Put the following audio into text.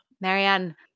Marianne